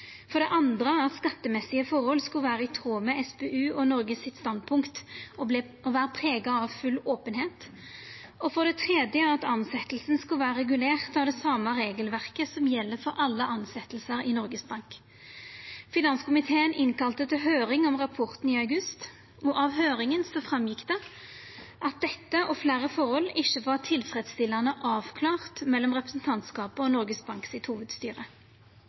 at skattemessige forhold skulle vera i tråd med SPU og Noregs standpunkt og vera prega av full openheit at tilsetjinga skulle vera regulert av det same regelverket som gjeld for alle tilsetjingar i Noregs Bank Finanskomiteen kalla inn til høyring om rapporten i august, og av høyringa gjekk det fram at dette og fleire forhold ikkje var tilfredsstillande avklara mellom representantskapet og Noregs Banks hovudstyre. Finanskomiteen har streka under at ansvarsforholda mellom Stortinget og Noregs Bank